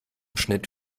schnitt